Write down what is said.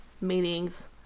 meetings